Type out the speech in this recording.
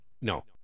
No